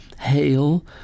hail